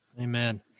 Amen